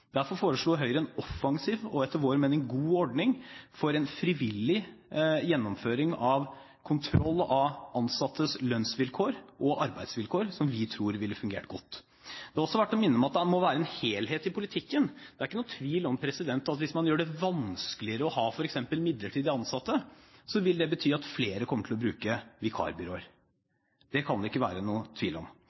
Derfor foreslo Høyre en offensiv og, etter vår mening, god ordning for en frivillig gjennomføring av kontroll av ansattes lønnsvilkår og arbeidsvilkår, som vi tror ville fungert godt. Det er også verdt å minne om at det må være en helhet i politikken. Det er ikke noen tvil om at hvis man gjør det vanskeligere å ha f.eks. midlertidig ansatte, vil det bety at flere kommer til å bruke vikarbyråer. Det kan det ikke være noen tvil om.